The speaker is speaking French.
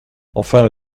enfin